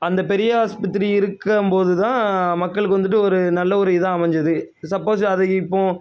அந்த பெரிய ஆஸ்பத்திரி இருக்கும்போது தான் மக்களுக்கு வந்துட்டு ஒரு நல்ல ஒரு இதாக அமைஞ்சிது சப்போஸ் அதை இப்போது